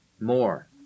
More